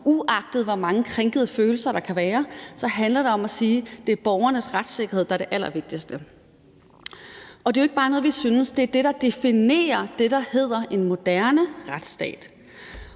Uagtet hvor mange krænkede følelser der kan være, handler det om at sige: Det er borgernes retssikkerhed, der er det allervigtigste. Og det er jo ikke bare noget, vi synes. Det er det, der definerer det, der hedder en moderne retsstat,